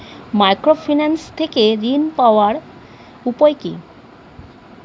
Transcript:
Microfinance থেকে ঋণ পাওয়ার উপায় কি?